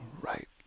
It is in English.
right